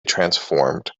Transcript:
transformed